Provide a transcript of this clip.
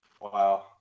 Wow